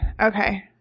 Okay